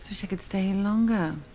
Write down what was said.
wish i could stay longer.